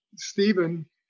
Stephen